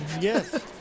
Yes